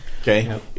Okay